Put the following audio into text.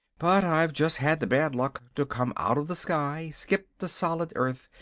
but i've just had the bad luck to come out of the sky, skip the solid earth,